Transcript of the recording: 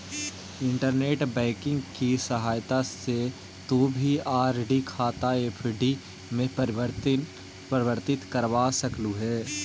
internet banking की सहायता से भी तु आर.डी खाता एफ.डी में परिवर्तित करवा सकलू हे